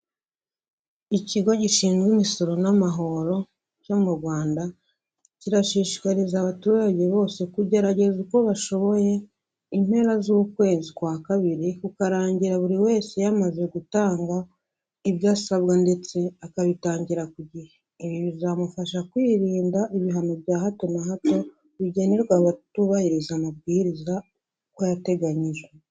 Ikigo gishinzwe imisoro n'amahoro cyo mu Rwanda, kirashishikariza abaturage bose kugerageza uko bashoboye impera z'ukwezi kwa kabiri kukarangira buri wese yamaze gutanga ibyo asabwa ndetse akabitangira ku gihe. Ibi bizamufasha kwirinda ibihano bya hato na hato bigenerwa abatubahiriza amabwiriza uko yateganyijwe.